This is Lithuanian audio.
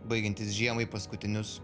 baigiantis žiemai paskutinius